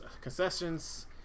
concessions